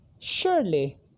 Surely